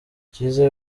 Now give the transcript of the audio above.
cyiza